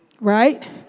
right